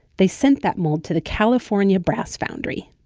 they sent that mold to the california brass foundry